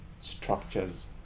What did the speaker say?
structures